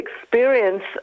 experience